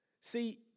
See